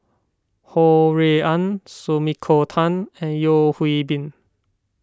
Ho Rui An Sumiko Tan and Yeo Hwee Bin